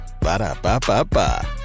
Ba-da-ba-ba-ba